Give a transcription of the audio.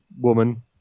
woman